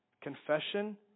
Confession